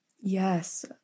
yes